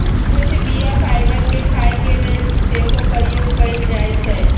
कुछ बीया फाइबर के खाय के लेल सेहो प्रयोग कयल जाइ छइ